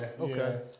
Okay